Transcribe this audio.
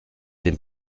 den